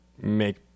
make